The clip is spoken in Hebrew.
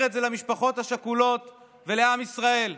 את זה למשפחות השכולות ולעם ישראל.